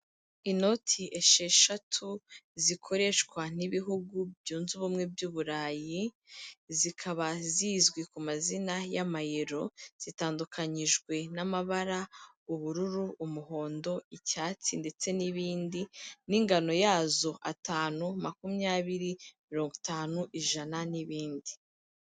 Inoti esheshatu zikoreshwa n'ibihugu byunze ubumwe by'Uburayi, zikaba zizwi ku mazina y'Amayero, zitandukanyijwe n'amabara ubururu, umuhondo, icyatsi ndetse n'ibindi n'ingano yazo atanu, makumyabiri, mirongo itanu, ijana n'ibindi.